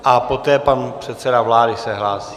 A poté pan předseda vlády se hlásí.